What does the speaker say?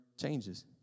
changes